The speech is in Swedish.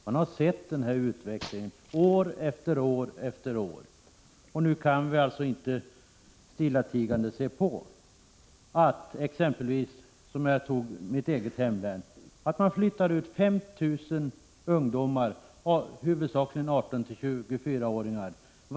Vi har sett utvecklingen år efter år efter år, och nu kan vi inte stillatigande se på längre när man — som skett i mitt hemlän — varje år flyttar ut 5 000 ungdomar, huvudsakligen 18-24-åringar.